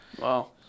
Wow